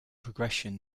progression